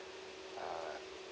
uh